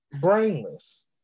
Brainless